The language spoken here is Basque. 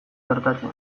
gertatzen